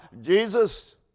Jesus